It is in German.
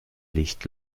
licht